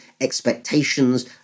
expectations